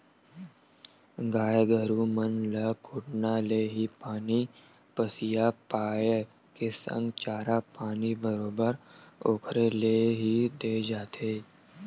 गाय गरु मन ल कोटना ले ही पानी पसिया पायए के संग चारा पानी बरोबर ओखरे ले ही देय जाथे